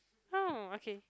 mm okay